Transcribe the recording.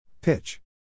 Pitch